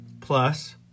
plus